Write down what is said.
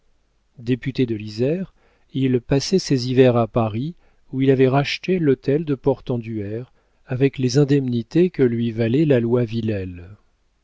député de l'isère il passait ses hivers à paris où il avait racheté l'hôtel de portenduère avec les indemnités que lui valait la loi villèle